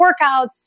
workouts